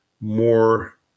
more